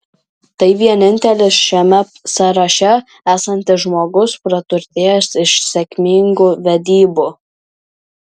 tai vienintelis šiame sąraše esantis žmogus praturtėjęs iš sėkmingų vedybų